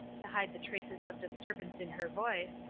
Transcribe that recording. to hide the traces of disturbance in her voice,